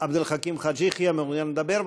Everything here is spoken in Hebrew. עבד אל חכים חאג' יחיא מעוניין לדבר?